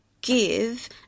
give